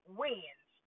wins